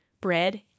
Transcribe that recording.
bread